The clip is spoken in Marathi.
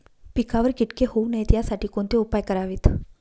पिकावर किटके होऊ नयेत यासाठी कोणते उपाय करावेत?